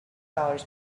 dollars